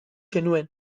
zenuen